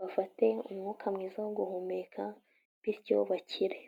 bafate umwuka mwiza wo guhumeka bityo bakire.